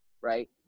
right